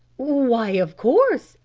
why, of course,